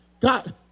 God